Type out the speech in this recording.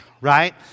Right